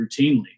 routinely